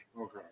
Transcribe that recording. Okay